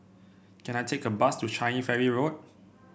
can I take a bus to Changi Ferry Road